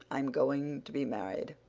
i'm going to be married.